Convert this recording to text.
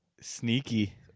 Sneaky